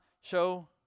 show